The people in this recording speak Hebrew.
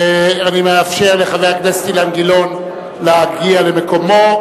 אני מאפשר לחבר הכנסת אילן גילאון להגיע למקומו.